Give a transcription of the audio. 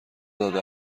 داده